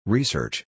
Research